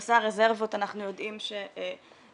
בנושא הרזרבות, אנחנו יודעים שהרזרבות